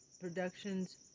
Productions